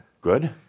Good